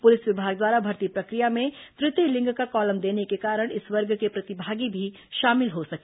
police विभाग द्वारा भर्ती प्रक्रिया में तृतीय लिंग का कॉलम देने के कारण इस वर्ग के प्रतिभागी भी शामिल हो सके